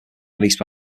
released